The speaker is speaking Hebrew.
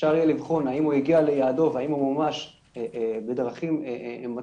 אפשר יהיה לבחון האם הוא הגיע ליעדו והאם הוא מומש בדרכים מתאימות,